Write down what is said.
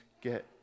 get